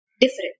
different